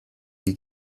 wie